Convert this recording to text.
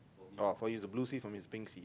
oh for you is the blue sea for me is pink sea